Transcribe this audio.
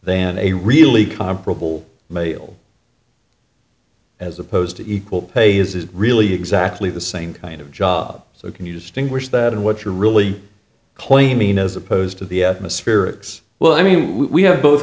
than a really comparable male as opposed to equal pay is really exactly the same kind of job so can you distinguish that and what you're really claiming as opposed to the atmospherics well i mean we have both